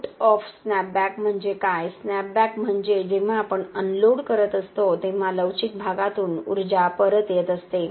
लोट of snapback म्हणजे काय स्नॅपबॅक म्हणजे जेव्हा आपण अनलोड करत असतो तेव्हा लवचिक भागातून ऊर्जा परत येत असते